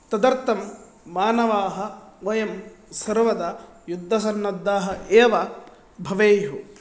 तदर्थं मानवाः वयं सर्वदा युद्धसन्नद्धाः एव भवेयुः